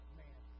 man